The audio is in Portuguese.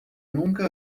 nunca